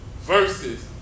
Versus